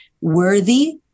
worthy